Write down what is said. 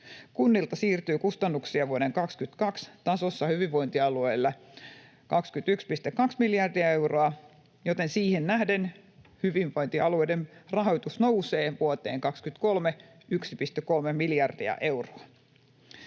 Kunnilta siirtyy kustannuksia vuoden 22 tasossa hyvinvointialueille 21,2 miljardia euroa, joten siihen nähden hyvinvointialueiden rahoitus nousee 1,3 miljardia euroa